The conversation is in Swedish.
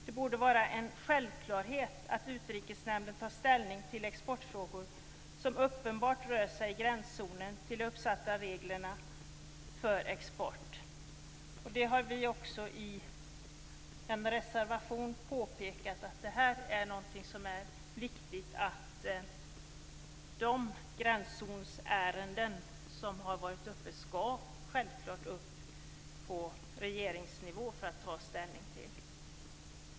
Det borde vara en självklarhet att Utrikesnämnden tar ställning till exportfrågor som uppenbart rör sig i gränszonen för de uppsatta reglerna för export. Vi har också i en reservation påpekat vikten av att de gränszonsärenden som har varit uppe skall upp på regeringsnivå och tas ställning till där.